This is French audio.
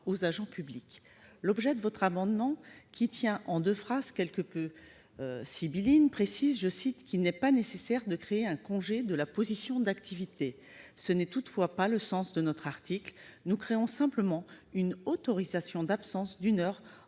aux agents publics ? L'objet de votre amendement, qui tient en deux phrases quelque peu sibyllines, avance qu'« il n'est pas nécessaire de créer un congé de la position d'activité ». Ce n'est toutefois pas le sens de notre article : nous créons simplement une autorisation d'absence d'une heure,